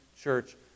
church